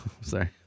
sorry